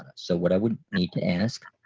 so what i would need to ask